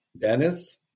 Dennis